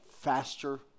faster